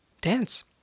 dance